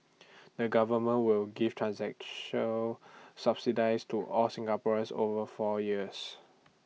the government will give subsidies to all Singaporeans over four years